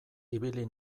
ibili